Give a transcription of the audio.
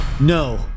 No